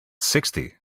sixty